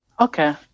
Okay